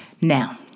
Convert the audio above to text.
Now